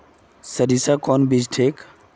सरीसा कौन बीज ठिक?